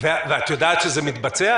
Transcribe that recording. ואת יודעת שזה מתבצע?